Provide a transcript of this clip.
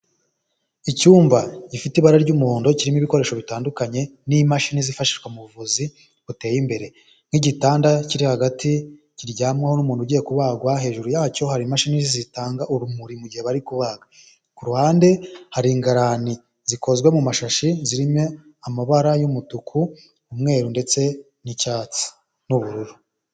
Icyumba gifite ibara ry'umuhondo kirimo ibikoresho bitandukanye n'imashini zifashishwa mu buvuzi buteye imbere, nk'igitanda kiri hagati kiryamwaho n'umuntu ugiye kubagwa, hejuru yacyo hari imashini zitanga urumuri mu gihe bari kubaga, ku ruhande hari ingarani zikozwe mu mashashi zirimo amabara y'umutuku n'umweru ndetse n'icyatsi n'ubururu.